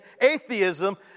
atheism